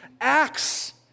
acts